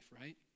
right